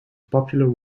popular